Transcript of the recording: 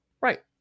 Right